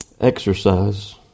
exercise